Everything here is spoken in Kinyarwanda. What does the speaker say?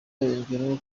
yongeraho